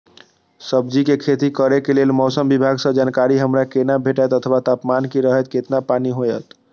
सब्जीके खेती करे के लेल मौसम विभाग सँ जानकारी हमरा केना भेटैत अथवा तापमान की रहैत केतना पानी होयत?